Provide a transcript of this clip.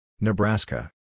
Nebraska